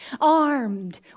Armed